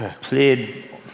played